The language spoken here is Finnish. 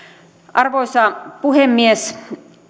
arvoisa puhemies